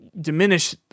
diminish